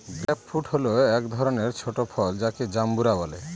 grape fruit হল এক ধরনের ছোট ফল যাকে জাম্বুরা বলে